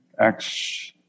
Acts